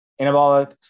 anabolic